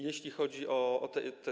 Jeśli chodzi o te.